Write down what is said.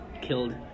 killed